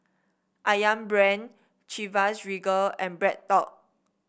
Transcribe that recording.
ayam Brand Chivas Regal and BreadTalk